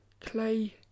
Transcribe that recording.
clay